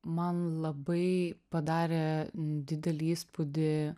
man labai padarė didelį įspūdį